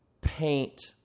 paint